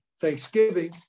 Thanksgiving